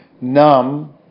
numb